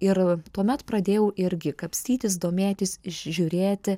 ir tuomet pradėjau irgi kapstytis domėtis žiūrėti